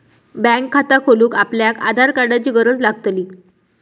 bank खाता खोलूक आपल्याक आधार कार्डाची गरज लागतली